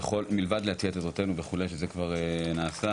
שמלבד להציע את עזרתנו וכו', שזה כבר נעשה,